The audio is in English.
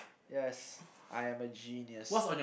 yes I am a genius